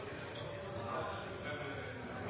sat